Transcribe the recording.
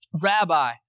Rabbi